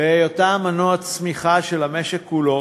והיותה מנוע צמיחה של המשק כולו,